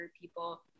people